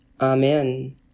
Amen